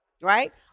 right